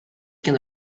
can